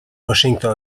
washington